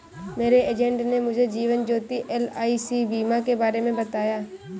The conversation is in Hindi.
मेरे एजेंट ने मुझे जीवन ज्योति एल.आई.सी बीमा के बारे में बताया